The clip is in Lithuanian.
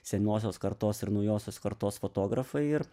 senosios kartos ir naujosios kartos fotografai ir